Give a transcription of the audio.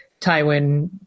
Tywin